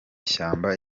ishyamba